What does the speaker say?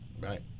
Right